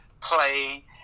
play